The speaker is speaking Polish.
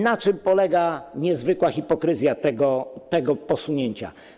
Na czym polega niezwykła hipokryzja tego posunięcia?